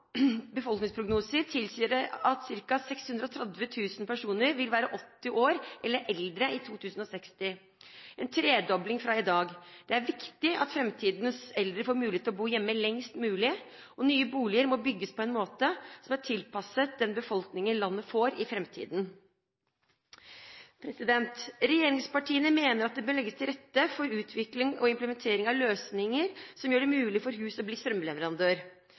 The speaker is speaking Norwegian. befolkningsprognoser tilsier at ca. 630 000 personer vil være 80 år eller eldre i 2060, en tredobling fra i dag. Det er viktig at framtidens eldre får mulighet til å bo hjemme lengst mulig. Nye boliger må bygges på en måte som er tilpasset den befolkningen landet får i framtiden. Regjeringspartiene mener at det bør legges til rette for utvikling og implementering av løsninger som gjør det mulig for hus å bli strømleverandør.